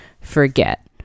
forget